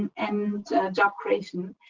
and job creation.